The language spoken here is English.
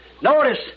Notice